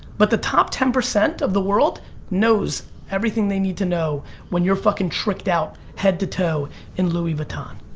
but the top ten percent of the world knows everything they need to know when you're fucking tricked out, head to toe in louis vuitton.